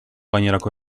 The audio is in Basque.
gainerako